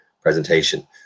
presentation